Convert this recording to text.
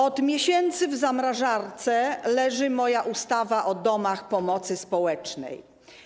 Od miesięcy w zamrażarce leży moja ustawa o domach pomocy społecznej.